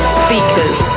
speakers